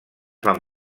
van